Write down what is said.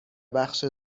بخش